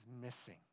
missing